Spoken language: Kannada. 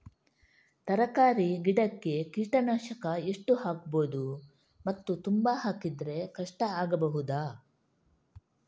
ತರಕಾರಿ ಗಿಡಕ್ಕೆ ಕೀಟನಾಶಕ ಎಷ್ಟು ಹಾಕ್ಬೋದು ಮತ್ತು ತುಂಬಾ ಹಾಕಿದ್ರೆ ಕಷ್ಟ ಆಗಬಹುದ?